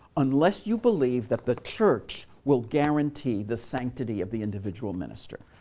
unless you believe that the church will guarantee the sanctity of the individual minister.